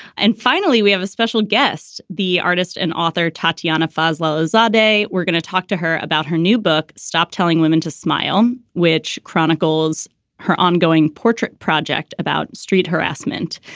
and finally, we have a special guest, the artist and author tatyana fazlullah zayday. we're gonna talk to her about her new book, stop telling women to smile, which chronicles her ongoing portrait project about street harassment.